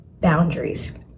boundaries